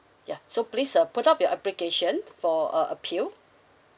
ya so please uh put up your application for a a appeal